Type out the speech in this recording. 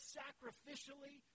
sacrificially